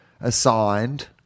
assigned